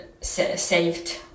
saved